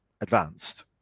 advanced